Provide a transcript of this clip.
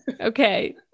okay